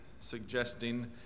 suggesting